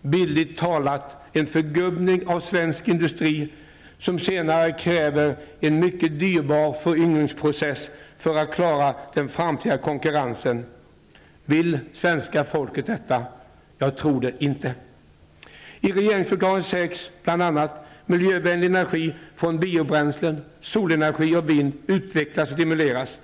bildligt talat en ''förgubbning'' av svensk industri som senare kräver en mycket dyrbar föryngringsprocess för att klara den framtida konkurrensen. Vill svenska folket ha det på detta sätt? Jag tror inte det. I regeringsförklaringen sägs bl.a.: ''Miljövänlig energi från biobränslen, solenergi och vind utvecklas och stimuleras.